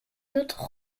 autres